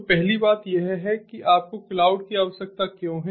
तो पहली बात यह है कि आपको क्लाउड की आवश्यकता क्यों है